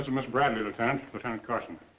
miss bradley, lieutenant. lieutenant carson.